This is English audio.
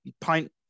pint